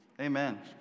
amen